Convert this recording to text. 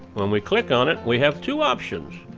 when we click on it, we have two options.